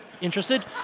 interested